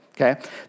okay